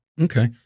Okay